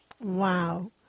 Wow